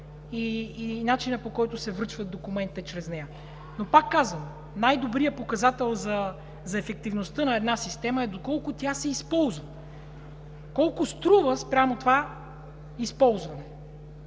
и начина, по който се връчват документите чрез нея. Но пак казвам, най-добрият показател за ефективността на една система е доколко тя се използва, колко струва спрямо това използване.